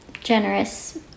generous